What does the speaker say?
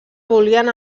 volien